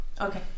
Okay